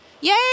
Yay